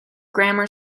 grammar